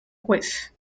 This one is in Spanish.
juez